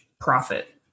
profit